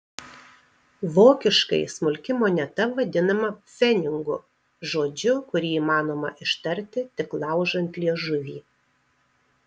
vokiškai smulki moneta vadinama pfenigu žodžiu kurį įmanoma ištarti tik laužant liežuvį